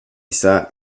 sat